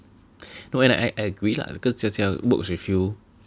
no and I I agree lah because Jia Jia works with you